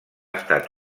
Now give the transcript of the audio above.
estat